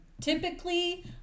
Typically